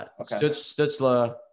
Stutzla